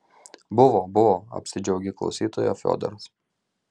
buvo buvo apsidžiaugė klausytoja fiodoras